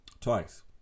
Twice